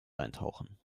eintauchen